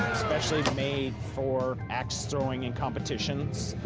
specially made for axe throwing in competitions.